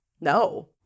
No